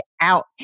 out